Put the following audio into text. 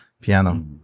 piano